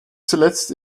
zuletzt